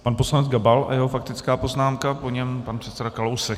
Pan poslanec Gabal a jeho faktická poznámka, po něm pan předseda Kalousek.